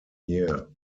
year